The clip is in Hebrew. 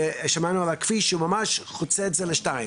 שמענו על הכביש שהוא ממש חוצה את זה לשתיים,